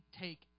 take